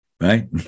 right